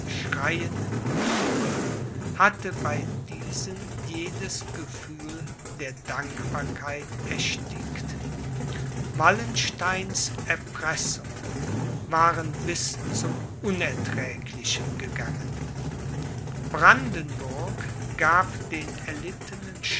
schreienden uebel hatte bei diesen jedes gefühl der dankbarkeit erstickt wallensteins erpressungen waren bis zum unerträglichen gegangen brandenburg gab den erlittenen